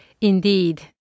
Indeed